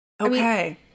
Okay